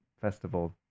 festival